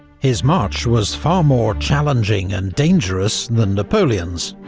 his march was far more challenging and dangerous than napoleon's,